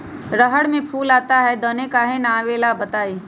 रहर मे फूल आता हैं दने काहे न आबेले बताई?